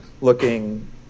looking